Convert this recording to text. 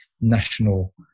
national